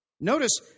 Notice